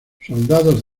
soldados